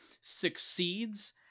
succeeds